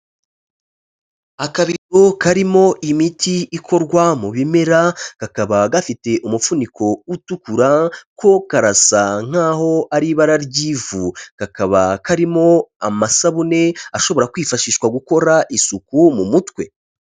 Akabido karimo imiti ikorwa mu bimera kakaba gafite umufuniko utukura ko karasa nkaho ari ibara ry'ivu, kakaba karimo amasabune ashobora kwifashishwa gukora isuku mu mutwe.